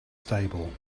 stable